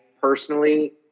personally